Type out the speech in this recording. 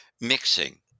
mixing